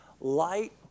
Light